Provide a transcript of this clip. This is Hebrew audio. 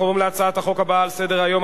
אנחנו עוברים להצעת החוק הבאה על סדר-היום,